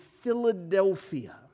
Philadelphia